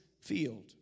field